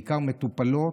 בעיקר מטופלות,